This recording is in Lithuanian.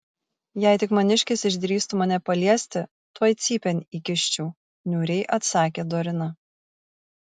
jei tik maniškis išdrįstų mane paliesti tuoj cypėn įkiščiau niūriai atsakė dorina